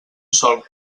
solc